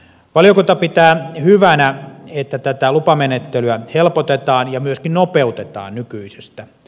valiokunta pitää hyvänä että tätä lupamenettelyä helpotetaan ja myöskin nopeutetaan nykyisestä